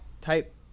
type